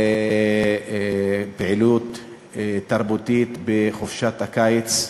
לפעילות תרבותית בחופשת הקיץ.